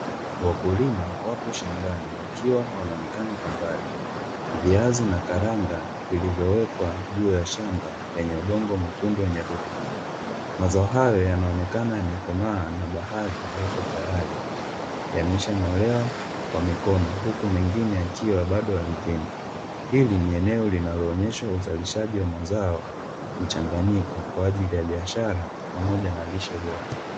Wakulima wapo shambani wakiwa wanaonekana kwa mbali. Viazi na karanga vilivyowekwa juu ya shamba lenye udongo mwekundu wenye rutuba. Mazao hayo yanaonekana yamekomaa na baadhi yapo tayari yameshang'olewa kwa mikono huku mengine yakiwa bado ardhini. Hili ni eneo linaloonyesha uzalishaji wa mazao mchanganyiko kwa ajili ya biashara pamoja na lishe bora.